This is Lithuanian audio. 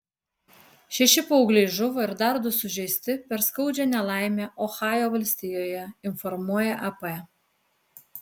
šeši paaugliai žuvo ir dar du sužeisti per skaudžią nelaimę ohajo valstijoje informuoja ap